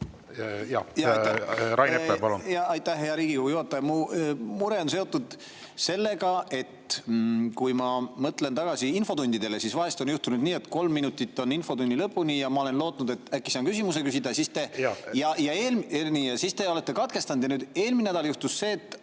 … Aitäh, hea Riigikogu juhataja! Mu mure on seotud sellega, et kui ma mõtlen tagasi infotundidele, siis vahel on juhtunud nii, et kolm minutit on infotunni lõpuni ja ma olen lootnud, et äkki saan küsimuse küsida, aga siis te olete katkestanud. Nüüd eelmine nädal juhtus see, et